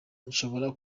nshobora